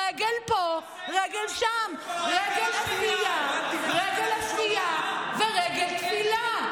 רגל פה, רגל שם, רגל עשייה ורגל תפילה,